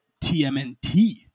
TMNT